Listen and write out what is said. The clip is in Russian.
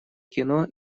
кино